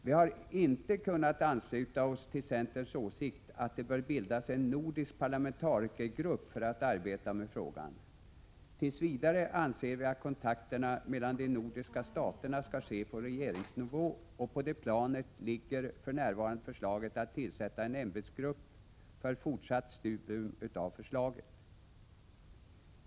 Vi har inte kunnat ansluta oss till centerns åsikt, att det bör bildas en nordisk parlamentarikergrupp för att arbeta med frågan. Vi anser att kontakterna mellan de nordiska staterna tills vidare skall ske på regeringsnivå, och på det planet ligger för närvarande förslaget att tillsätta en ämbetsmannagrupp för fortsatt studium av förslaget.